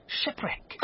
shipwreck